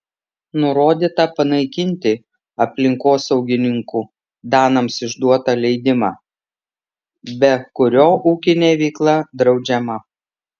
nurodyta panaikinti aplinkosaugininkų danams išduotą leidimą be kurio ūkinė veikla draudžiama